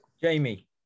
jamie